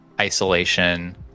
isolation